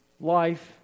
Life